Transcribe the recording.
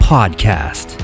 Podcast